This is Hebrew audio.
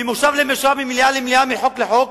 ממושב למושב, ממליאה למליאה, מחוק לחוק,